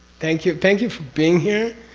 thank. you thank you for being here.